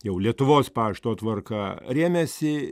jau lietuvos pašto tvarka rėmėsi